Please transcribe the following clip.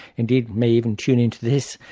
indeed may even tune in to this,